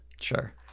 Sure